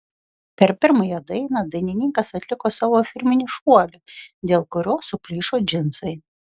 per pirmąją dainą dainininkas atliko savo firminį šuolį dėl kurio suplyšo džinsai